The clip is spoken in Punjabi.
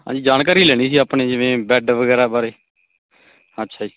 ਅਸੀਂ ਜਾਣਕਾਰੀ ਲੈਣੀ ਸੀ ਆਪਣੇ ਜਿਵੇਂ ਬੈਡ ਵਗੈਰਾ ਬਾਰੇ ਅੱਛਾ ਜੀ